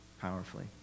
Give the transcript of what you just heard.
powerfully